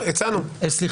איזו היוועצות סיעתית?